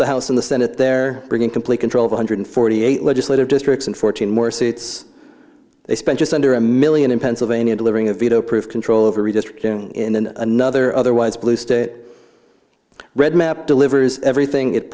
the house and the senate there bring in complete control of one hundred forty eight legislative districts and fourteen more seats they spent just under a million in pennsylvania delivering a veto proof control over redistricting in another otherwise blue state red map delivers everything it